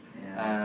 yeah